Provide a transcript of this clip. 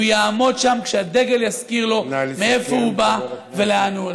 הוא יעמוד שם כשהדגל יזכיר לו מאיפה הוא בא ולאן הוא הולך.